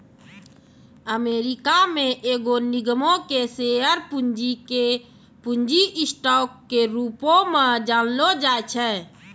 America मे एगो निगमो के शेयर पूंजी के पूंजी स्टॉक के रूपो मे जानलो जाय छै